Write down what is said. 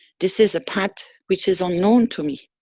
this is a path, which is unknown to me.